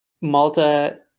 Malta